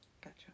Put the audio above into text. Gotcha